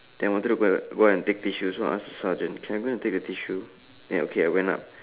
then I wanted to go go and take tissue so I ask the sergeant can I go and take the tissue then okay I went